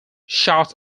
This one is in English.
shot